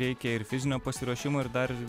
reikia ir fizinio pasiruošimo ir dar